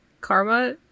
Karma